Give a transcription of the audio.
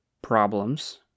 Problems